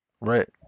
Right